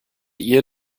ihr